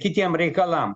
kitiem reikalam